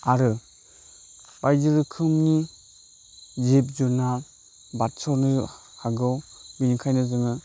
आरो बायदि रोखोमनि जिब जुनार बारस'नो हागौ बेनिखायनो जोङो